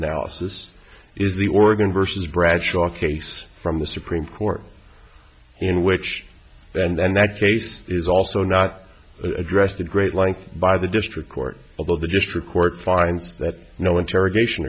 analysis is the organ versus bradshaw case from the supreme court in which and then that case is also not addressed a great length by the district court although the district court finds that no interrogation